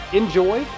enjoy